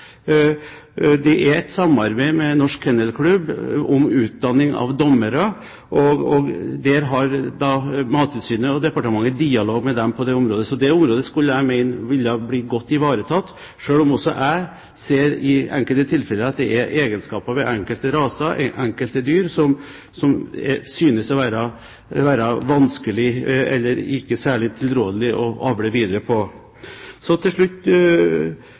Det er et samarbeid med Norsk Kennel Klub om utdanning av dommere, og der har Mattilsynet og departementet dialog med dem. Så det området mener jeg blir godt ivaretatt, selv om også jeg ser at det i enkelte tilfeller er egenskaper ved enkelte raser, ved enkelte dyr, som synes å være vanskelig eller ikke særlig tilrådelig å avle videre på. Så til slutt